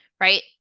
right